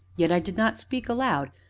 yet i did not speak aloud,